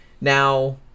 now